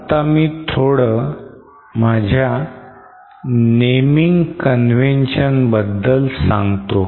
आता मी थोडं माझ्या naming convention बद्दल सांगतो